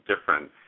different